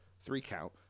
three-count